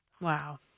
Wow